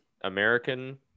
american